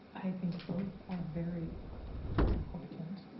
i think both are very important.